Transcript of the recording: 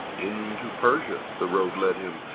into persia the road led him,